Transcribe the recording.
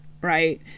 right